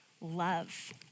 love